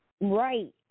Right